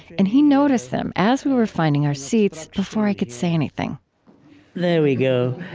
and he noticed them as we were finding our seats before i could say anything there we go.